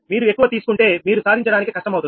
మీరు ఎక్కువ తీసుకుంటే మీరు సాధించడానికి కష్టమవుతుంది